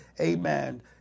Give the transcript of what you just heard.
amen